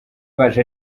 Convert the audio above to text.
baje